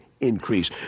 increase